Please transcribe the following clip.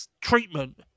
treatment